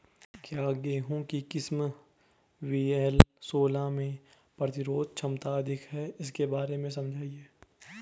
क्या गेहूँ की किस्म वी.एल सोलह में प्रतिरोधक क्षमता अधिक है इसके बारे में समझाइये?